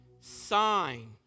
Sign